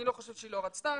אני לא חושב שהיא לא רצתה,